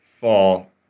fall